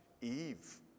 Eve